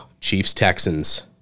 Chiefs-Texans